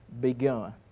begun